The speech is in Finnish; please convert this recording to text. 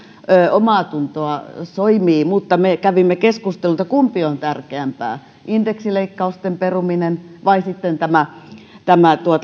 omaatuntoa soimaa mutta me kävimme keskusteluita kumpi on tärkeämpää indeksileikkausten peruminen vai sitten tämä tämä